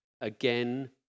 again